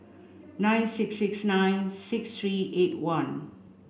nine six six nine six three eight one